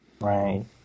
Right